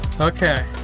Okay